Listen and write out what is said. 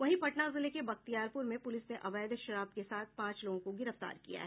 वहीं पटना जिले के बख्तियारपुर में पुलिस ने अवैध शराब के साथ पांच लोगों को गिरफ्तार किया है